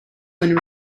when